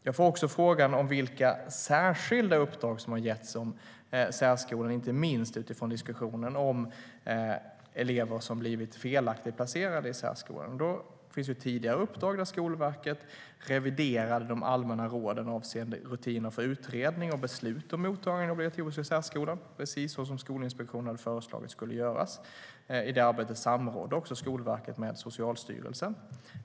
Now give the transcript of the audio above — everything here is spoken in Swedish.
Jag har också fått frågan vilka särskilda uppdrag som har getts om särskolan, inte minst utifrån diskussionen om elever som blivit felaktigt placerade i särskolan. Det finns tidigare uppdrag där Skolverket reviderade de allmänna råden avseende rutiner för utredning och beslut om mottagande i den obligatoriska särskolan, precis som Skolinspektionen hade föreslagit skulle göras. I detta arbete samrådde Skolverket med Socialstyrelsen.